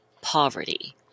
poverty